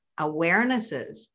awarenesses